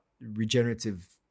regenerative